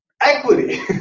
Equity